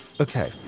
Okay